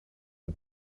het